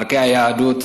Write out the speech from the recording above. על ערכי היהדות,